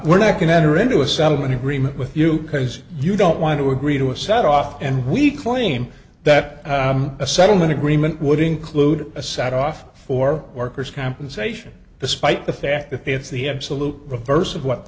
we're not going to enter into a settlement agreement with you because you don't want to agree to a set off and we claim that a settlement agreement would include a sat off for workers compensation despite the fact that it's the absolute reverse of what